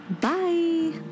Bye